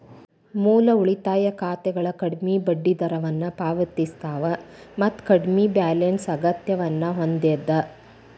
ಮೂಲ ಉಳಿತಾಯ ಖಾತೆಗಳ ಕಡ್ಮಿ ಬಡ್ಡಿದರವನ್ನ ಪಾವತಿಸ್ತವ ಮತ್ತ ಕಡ್ಮಿ ಬ್ಯಾಲೆನ್ಸ್ ಅಗತ್ಯವನ್ನ ಹೊಂದ್ಯದ